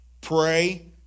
Pray